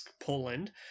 Poland